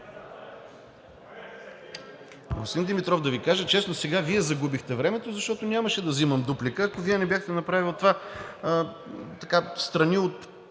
Господин Димитров, да Ви кажа честно, сега Вие загубихте времето, защото нямаше да взимам дуплика, ако Вие не бяхте направили това изказване встрани от